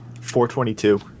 422